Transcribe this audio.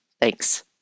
Thanks